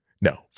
no